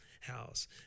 house